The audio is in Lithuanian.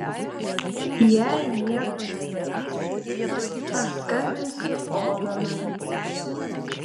jei nieko nedarysi aš skambinsiu ovenui